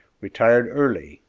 retired early,